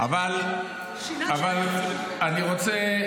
אבל אני רוצה,